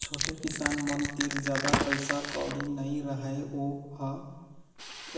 छोटे किसान मन तीर जादा पइसा कउड़ी नइ रहय वो ह